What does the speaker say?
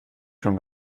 schon